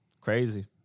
Crazy